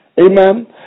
Amen